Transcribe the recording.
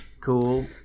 Cool